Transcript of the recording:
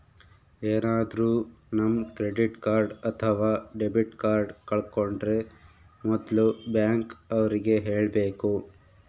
ಏನಾದ್ರೂ ನಮ್ credit card ಅಥವಾ ಡೆಬಿಟ್ ಕಾರ್ಡ್ ಕಳ್ಕೊಂಡ್ರೆ ಮೊದ್ಲು ಬ್ಯಾಂಕ್ ಅವ್ರಿಗೆ ಹೇಳ್ಬೇಕು